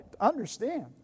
understand